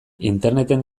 interneten